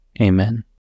Amen